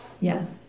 Yes